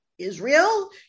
Israel